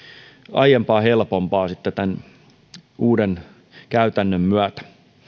aiempaa helpompaa tämän uuden käytännön myötä